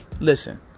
Listen